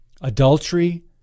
Adultery